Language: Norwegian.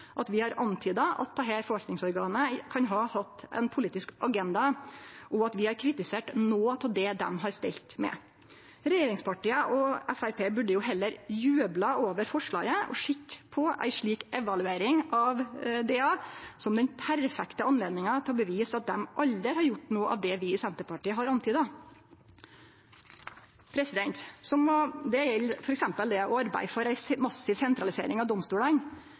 at vi har antyda at dette forvaltningsorganet kan ha hatt ein politisk agenda, og at vi har kritisert noko av det dei har stelt med. Regjeringspartia og Framstegspartiet burde jo heller jubla over forslaget og sett på ei slik evaluering av DA som den perfekte anledninga til å bevise at dei aldri har gjort noko av det vi i Senterpartiet har antyda. Det gjeld f.eks. det å arbeide for ei massiv sentralisering av domstolane